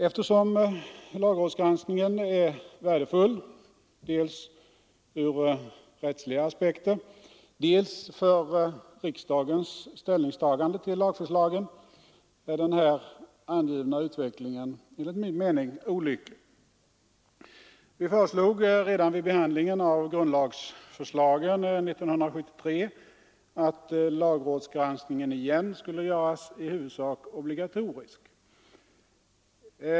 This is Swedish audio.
Eftersom lagrådsgranskningen är värdefull dels ur rättsliga aspekter, dels för riksdagens ställningstagande till lagförslagen, är den angivna utvecklingen enligt min mening olycklig. Vi föreslog redan vid behandlingen av grundlagsförslaget 1973 att lagrådsgranskningen igen skulle göras i huvudsak obligatorisk.